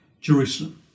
Jerusalem